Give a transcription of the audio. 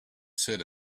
said